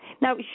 Now